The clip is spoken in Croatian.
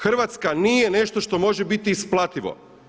Hrvatska nije nešto što može biti isplativo!